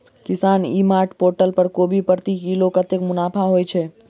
किसान e mart portal पर कोबी प्रति किलो कतै मुनाफा होइ छै?